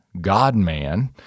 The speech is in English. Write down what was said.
God-man